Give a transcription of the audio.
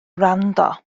wrando